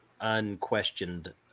unquestioned